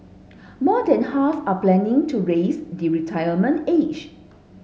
more than half are planning to raise the retirement age